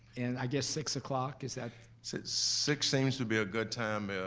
and i guess six o'clock, is that? so six seems to be a good time.